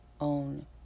own